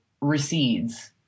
recedes